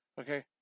okay